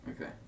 Okay